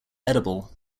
edible